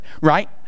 right